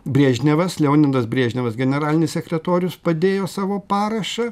briežnevas leonidas briežnevas generalinis sekretorius padėjo savo parašą